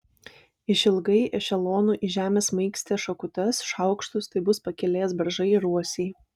išilgai ešelonų į žemę smaigstė šakutes šaukštus tai bus pakelės beržai ir uosiai